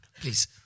please